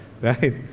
Right